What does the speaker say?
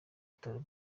bitaro